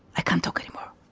i can't talk anymore.